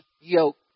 yoke